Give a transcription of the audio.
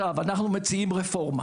אנחנו מציעים רפורמה